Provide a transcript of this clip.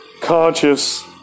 conscious